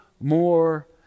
more